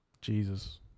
Jesus